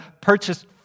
purchased